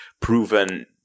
proven